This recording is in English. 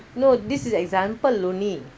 no this is example only